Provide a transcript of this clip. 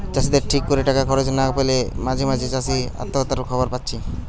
চাষিদের ঠিক কোরে টাকা খরচ না পেলে মাঝে মাঝে চাষি আত্মহত্যার খবর পাচ্ছি